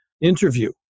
interview